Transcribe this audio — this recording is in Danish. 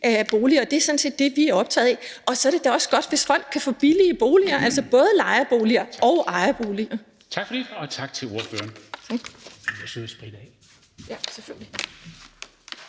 af boliger, og det er sådan set det, vi er optaget af. Og så er det da også godt, hvis folk kan få billige boliger, både lejeboliger og ejerboliger. Kl. 17:41 Formanden